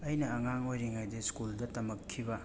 ꯑꯩꯅ ꯑꯉꯥꯡ ꯑꯣꯏꯔꯤꯉꯩꯗ ꯁ꯭ꯀꯨꯜꯗ ꯇꯃꯛꯈꯤꯕ